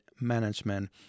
management